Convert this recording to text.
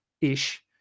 Ish